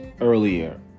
earlier